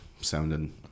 sounding